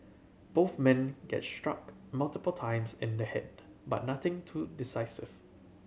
both men get struck multiple times in the head but nothing too decisive